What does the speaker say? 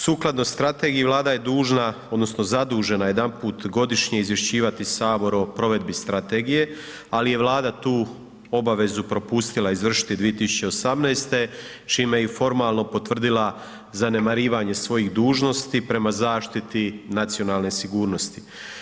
Sukladno strategiji Vlada je dužna, odnosno zadužena jedanput godišnje izvješćivati Sabor o provedbi strategije ali je Vlada tu obavezu propustila izvršiti 2018. čime je i formalno potvrdila zanemarivanje svojih dužnosti prema zaštiti nacionalne sigurnosti.